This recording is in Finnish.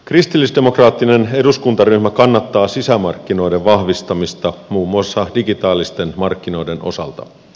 kristillisdemokraattinen eduskuntaryhmä kannattaa sisämarkkinoiden vahvistamista muun muassa digitaalisten markkinoiden osalta